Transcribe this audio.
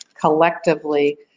collectively